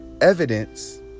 evidence